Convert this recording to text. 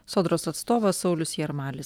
sodros atstovas saulius jarmalis